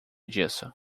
disso